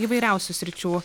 įvairiausių sričių